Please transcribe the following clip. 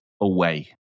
away